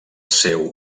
seu